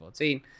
2014